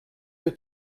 que